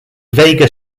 vega